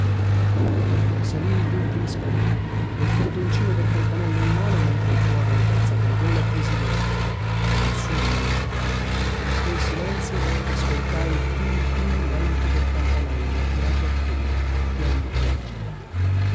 salii gli ultimi scalini col cordoncino del campanello in mano mentre il cuore mi balzava in gola tesi lorecchio nessun rumore e in quel silenzio ascoltai il tin tin lento del campanello tirato appena pian piano